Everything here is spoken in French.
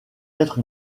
être